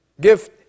gift